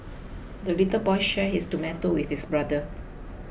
the little boy shared his tomato with his brother